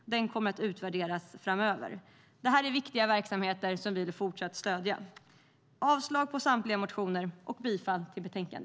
Den kommer att utvärderas framöver. Det här är viktiga verksamheter som vi fortsatt vill stödja. Jag yrkar avslag på samtliga motioner och bifall till utskottets förslag.